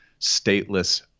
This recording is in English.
stateless